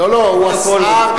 הוא שר-על.